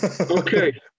Okay